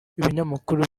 ibinyamakuru